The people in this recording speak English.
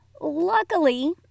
Luckily